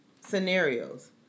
scenarios